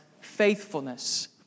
faithfulness